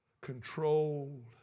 controlled